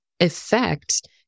effect